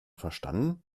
verstanden